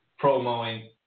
promoing